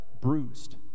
bruised